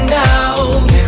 now